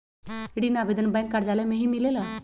ऋण आवेदन बैंक कार्यालय मे ही मिलेला?